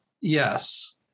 Yes